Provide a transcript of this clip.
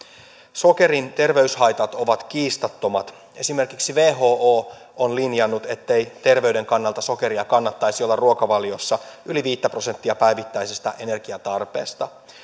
sokerin terveyshaitat ovat kiistattomat esimerkiksi who on linjannut ettei terveyden kannalta sokeria kannattaisi olla ruokavaliossa yli viittä prosenttia päivittäisestä energiatarpeesta